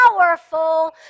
powerful